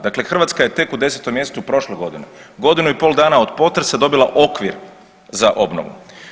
Dakle, Hrvatska je tek u 10 mjesecu prošle godine, godinu i pol dana od potresa dobila okvir za obnovu.